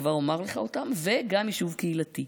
וגם יישוב קהילתי.